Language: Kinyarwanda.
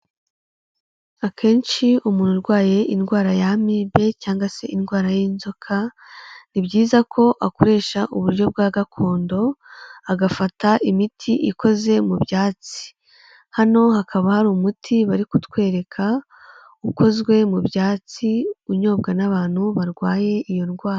Akenshi umuntu urwaye indwara ya amibe cyangwa se indwara y'inzoka ni byiza ko akoresha uburyo bwa gakondo agafata imiti ikoze mu byatsi, hano hakaba hari umuti bari kutwereka ukozwe mu byatsi unyobwa n'abantu barwaye iyo ndwara.